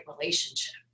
relationship